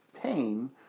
pain